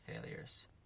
failures